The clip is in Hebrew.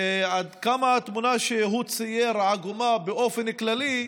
עד כמה שהתמונה שהוא צייר עגומה באופן כללי,